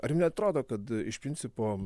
ar jum neatrodo kad iš principo